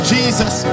Jesus